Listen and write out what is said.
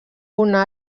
una